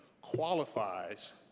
qualifies